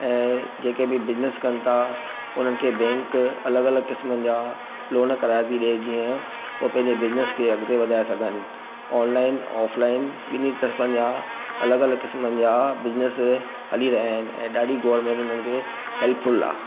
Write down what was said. ऐं जेके बि बिज़निस कनि था उन्हनि खे बैंक अलॻि अलॻि क़िस्मनि जा लोन कराए थी ॾिए जीअं हो पंहिंजे बिज़निस खे अॻिते वधाए सघनि ऑनलाइन ऑफ़लाइन ॿिन्हीं तरफ़नि जा अलॻि अलॻि क़िस्मनि जा बिज़निस हली रहिया आहिनि ऐं ॾाढी गोरर्मेंट उन्हनि खे हेल्पफुल आहे